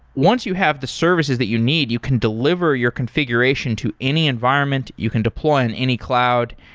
once you have the services that you need, you can delivery your configuration to any environment, you can deploy on any cloud,